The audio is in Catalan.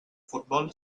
futbol